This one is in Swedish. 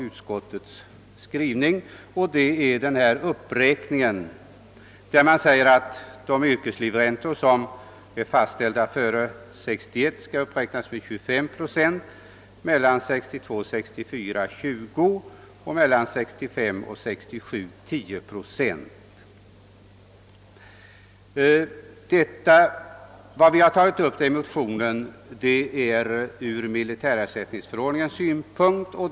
Det sägs att de yrkeslivräntor som är fastställda för skador som inträffat före 1961 skall uppräknas med 25 procent, de som är fastställda för skador som inträffat under åren 1962— 1964 skall uppräknas med 20 procent och livräntor för skador under åren 1965—1967 med 10 procent. Vi har i motionen tagit upp frågor som rör militärersättningsförordningen.